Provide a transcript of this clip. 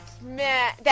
man